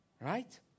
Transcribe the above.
Right